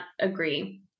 agree